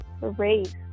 race